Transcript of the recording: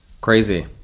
Crazy